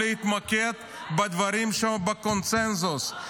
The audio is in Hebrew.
להתמקד בדברים שהם בקונסנזוס.